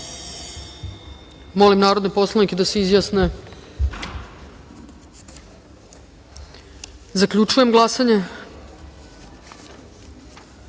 narodne poslanike da se izjasne. Zaključujem glasanje: